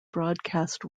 broadcast